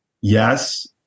Yes